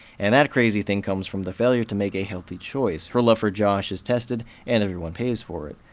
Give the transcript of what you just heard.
and that crazy thing comes from the failure to make a healthy choice her love for josh is tested and everyone pays for it.